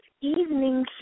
evening